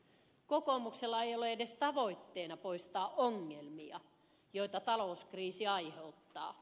kokoomuksella ei ole edes tavoitteena poistaa ongelmia joita talouskriisi aiheuttaa